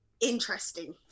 Interesting